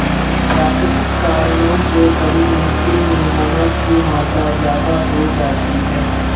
प्राकृतिक कारणों से कभी मिट्टी मैं नमक की मात्रा ज्यादा हो जाती है